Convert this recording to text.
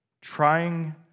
trying